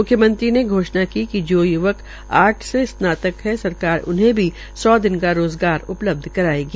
म्ख्यमंत्री ने घोषणा की कि जो य्वक आर्टस से स्नातक है सरकार उन्हें भी सौ दिन का रोज़गार उपलब्ध करायेगी